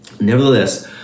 Nevertheless